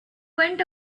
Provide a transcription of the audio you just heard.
went